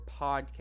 podcast